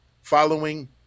following